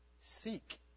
Seek